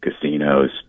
casinos